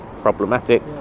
problematic